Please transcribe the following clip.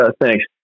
thanks